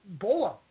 bola